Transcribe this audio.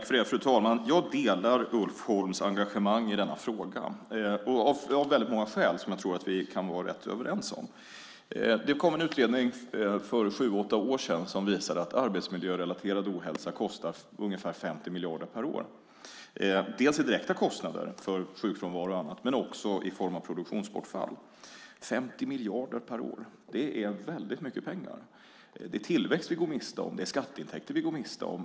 Fru talman! Jag delar Ulf Holms engagemang i denna fråga och av väldigt många skäl som jag tror att vi kan vara rätt överens om. Det kom en utredning för sju åtta år sedan som visade att arbetsmiljörelaterad ohälsa kostar ungefär 50 miljarder per år, dels i direkta kostnader för sjukfrånvaro och annat, dels i form av produktionsbortfall. 50 miljarder per år är väldigt mycket pengar! Det är tillväxt som vi går miste om, det är skatteintäkter som vi går miste om.